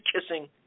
kissing